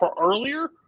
earlier